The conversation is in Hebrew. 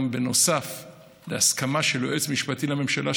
נוסף על ההסכמה של יועץ משפטי לממשלה,